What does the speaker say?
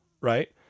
right